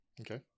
Okay